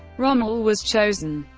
rommel was chosen,